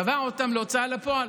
הוא תבע אותם בהוצאה לפועל.